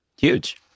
Huge